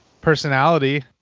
personality